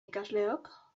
ikasleok